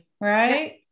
Right